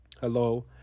Hello